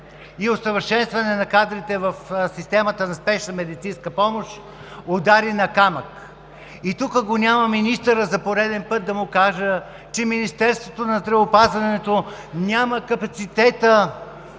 и усъвършенстване на кадрите в системата на Спешна медицинска помощ, удари на камък. (Шум и реплики.) Тук го няма министъра за пореден път, за да му кажа, че Министерството на здравеопазването няма капацитета